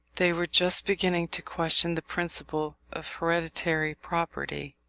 they were just beginning to question the principle of hereditary property.